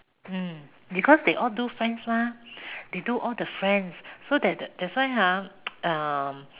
mm because they all do friends mah they do all the friends so that that's why ah